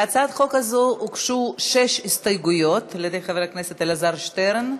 להצעת החוק הוגשו שש הסתייגויות של חבר הכנסת אלעזר שטרן.